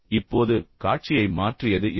இப்போது காட்சியை மாற்றியது எது